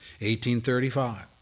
1835